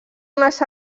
unes